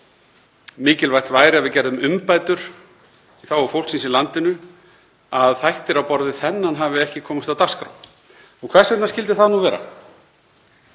mikilvægt væri að við gerðum umbætur í þágu fólksins í landinu, að þættir á borð við þennan hafi ekki komist á dagskrá. Og hvers vegna skyldi það nú vera?